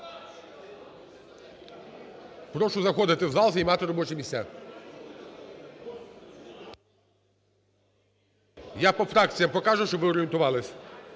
Прошу заходити у зал, займати робочі місця. Я по фракціям покажу, щоб ви орієнтувались.